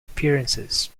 appearances